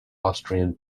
austrian